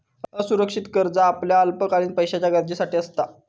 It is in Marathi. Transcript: असुरक्षित कर्ज आपल्या अल्पकालीन पैशाच्या गरजेसाठी असता